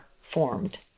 formed